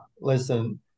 Listen